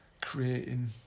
creating